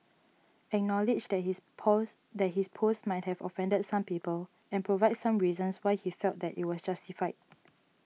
acknowledge that his pose that his post might have offended some people and provide some reasons why he felt that it was justified